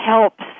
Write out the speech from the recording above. helps